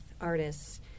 artists